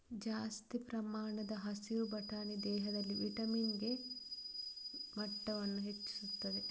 ಜಾಸ್ತಿ ಪ್ರಮಾಣದ ಹಸಿರು ಬಟಾಣಿ ದೇಹದಲ್ಲಿ ವಿಟಮಿನ್ ಕೆ ಮಟ್ಟವನ್ನ ಹೆಚ್ಚಿಸ್ತದೆ